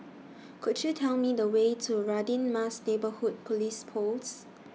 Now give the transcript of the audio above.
Could YOU Tell Me The Way to Radin Mas Neighbourhood Police Post